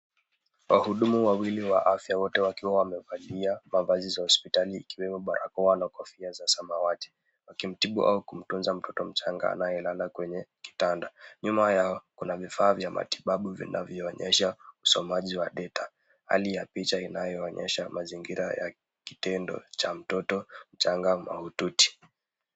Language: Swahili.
Wahudumu wawili wa afya wote wakiwa wamevalia, mavazi ya hospitali ikiwemo barakoa na kofia za samawati, wakimtibu au kumtunza mtoto mchanga anayelala kwenye kitanda. Nyuma yao kuna vifaa vya matibabu vinavyoonyesha usomaji wa data, hali ya picha inayonyesha mazingira ya kitendo cha mtoto mchanga mahututi.